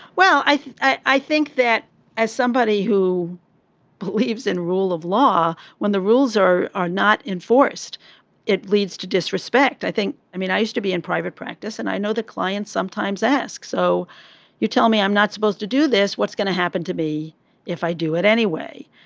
well i i think that as somebody who believes in rule of law when the rules are are not enforced it leads to disrespect i think. i mean i used to be in private practice and i know the clients sometimes ask so you tell me i'm not supposed to do this. what's going to happen to me if i do it anyway.